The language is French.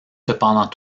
cependant